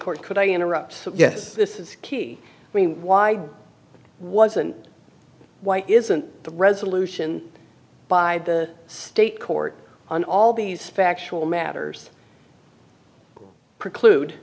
court could i interrupt yes this is key i mean why wasn't why isn't the resolution by the state court on all these factual matters